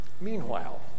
Meanwhile